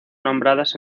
nombradas